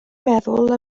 meddwl